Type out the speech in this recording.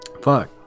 fuck